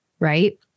Right